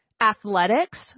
athletics